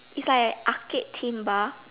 is like an arcade theme bar